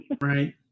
Right